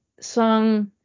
song